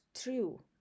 true